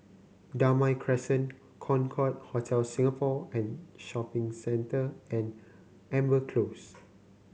Damai Crescent Concorde Hotel Singapore and Shopping Center and Amber Close